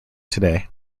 today